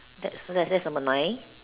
that's that's number nine